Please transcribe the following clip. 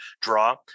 draw